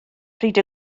pryd